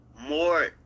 more